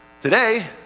Today